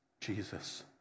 Jesus